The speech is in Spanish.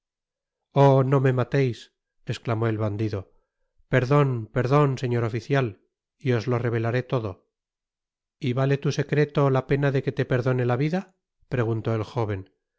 oh no me mateis esclamó el bandido perdon perdon señor oficial y os lo revelaré todo y vale tu secreto la pena de que te perdone la vida preguntó el jóven si